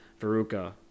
Veruca